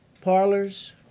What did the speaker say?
parlors